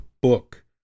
book